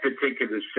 particular